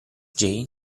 jane